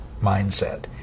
mindset